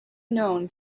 known